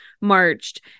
marched